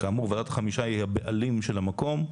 כאמור, ועדת החמישה היא הבעלים של המקום.